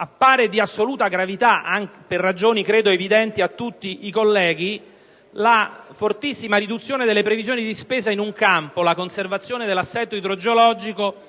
appare di assoluta gravità - per ragioni evidenti, credo, a tutti i colleghi - la fortissima riduzione delle previsioni di spesa in un campo, quello della conservazione dell'assetto idrogeologico,